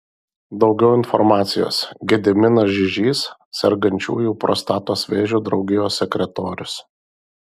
daugiau informacijos gediminas žižys sergančiųjų prostatos vėžiu draugijos sekretorius